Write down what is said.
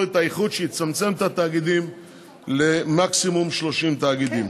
את האיחוד שיצמצם את התאגידים למקסימום 30 תאגידים.